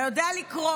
אתה יודע לקרוא.